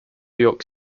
york